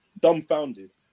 dumbfounded